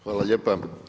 Hvala lijepo.